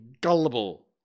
gullible